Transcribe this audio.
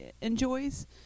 enjoys